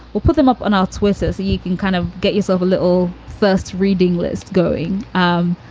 we'll put them up on our twitter so you can kind of get yourself a little first reading list going. um,